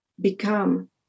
become